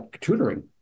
Tutoring